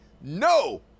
No